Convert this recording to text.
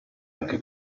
anche